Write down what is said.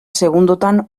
segundotan